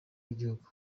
w’igihugu